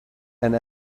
and